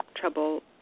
trouble